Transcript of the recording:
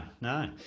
no